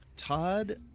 Todd